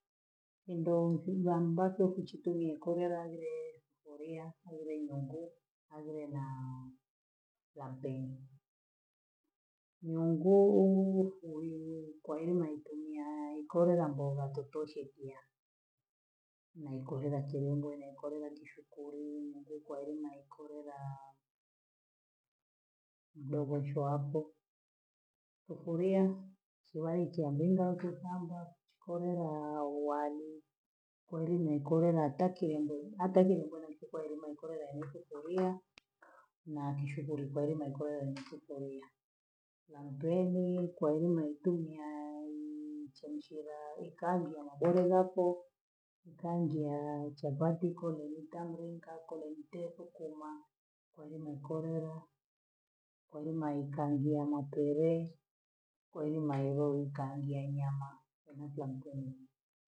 Hindo nkumu ambapo kuchitumia ikole yagree, kulia mole mungu avile naa lampenyi, niungweyi fuliye kwaiyo naitanyia aha ikole ambao watekeshe pia, naikorela kilungu. naikorela kishukuri. nguku ali nyaikorelaa, ndebheshe wako, ufulia kilai cha mlinga kifanga, chikole waa- wali wali nikole watakiende hata kilungu msikuelimo koya ni sufuria, na kishukili kwalimekoya ni sufuria, lanteni kwailimo tumiaa chemchilaa ekangiya maborelako, nikangiya chapati kole nitamrini ka kole nitehu kumaa, kweli nikolilo, kweli maikangiya makoree kweli maiyo kangiya nyama enita mpengi.